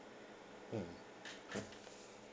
mm mm